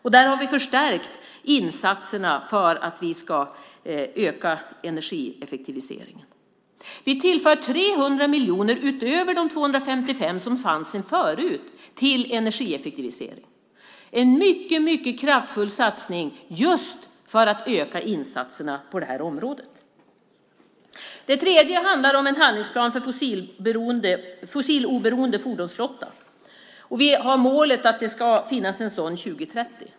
Vi har förstärkt insatserna för att vi ska öka energieffektiviseringen. Vi tillför 300 miljoner utöver de 255 som fanns sedan förut till energieffektivisering. Det är en mycket kraftfull satsning just för att öka insatserna på det området. Det handlar också om en handlingsplan för en fossiloberoende fordonsflotta. Vi har målet att det ska finnas en sådan 2030.